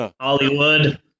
Hollywood